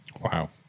Wow